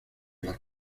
las